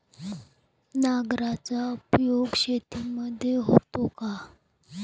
नांगराचा उपयोग शेतीमध्ये होतो का?